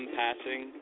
passing